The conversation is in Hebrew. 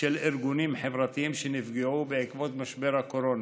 של ארגונים חברתיים שנפגעו בעקבות משבר הקורונה.